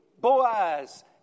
Boaz